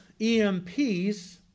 EMPs